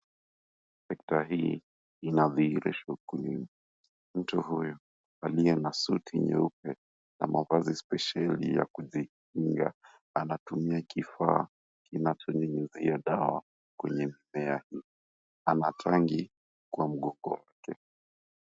Sekta hii inadhihirisha ukulima. Mtu huyu, aliye na suti nyeupe na mavazi spesheli ya kujikinga, anatumia kifaa kinachonyunyuzia dawa kwenye mimea. Ana tanki kwa mgongo wake.